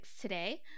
today